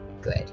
Good